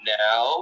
now